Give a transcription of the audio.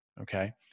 Okay